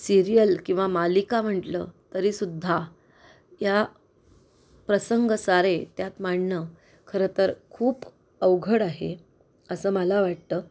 serial किंवा मालिका म्हंटलं तरीसुद्धा या प्रसंग सारे त्यात मांडणं खरं तर खूप अवघड आहे असं मला वाटतं